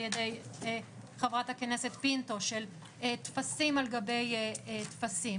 על ידי חברת הכנסת פינטו של טפסים על גבי טפסים,